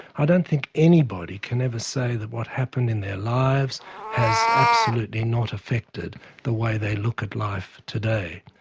i don't think anybody can ever say that what happened in their lives has absolutely not affected the way they look at life today.